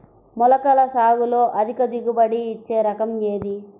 మొలకల సాగులో అధిక దిగుబడి ఇచ్చే రకం ఏది?